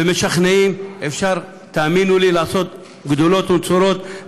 ומשכנעים, אפשר, תאמינו לי, לעשות גדולות ונצורות.